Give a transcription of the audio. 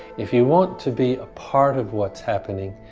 if you want to be a part of what's happening,